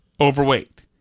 overweight